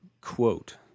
quote